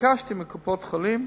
ביקשתי מקופות-החולים,